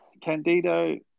Candido